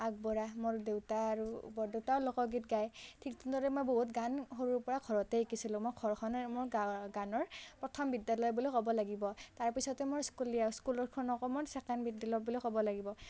আগবঢ়া মোৰ দেউতা আৰু বৰদেউতাও লোকগীত গায় ঠিক তেনেদৰে মই বহুত গান সৰুৰ পৰা ঘৰতে শিকিছিলোঁ মোৰ ঘৰখনেই মোৰ গানৰ প্ৰথম বিদ্যালয় বুলি ক'ব লাগিব তাৰপিছতে মোৰ স্কুলীয়া স্কুলৰখনকো মোৰ ছেকেণ্ড বিদ্যালয় বুলি ক'ব লাগিব